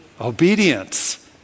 Obedience